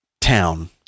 town